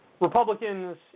Republicans